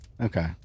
okay